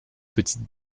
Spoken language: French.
petite